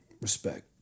Respect